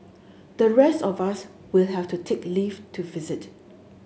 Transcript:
the rest of us will have to take leave to visit